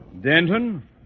Denton